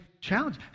challenge